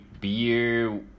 beer